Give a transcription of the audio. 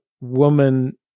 woman